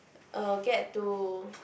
I'll get to